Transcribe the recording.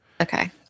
Okay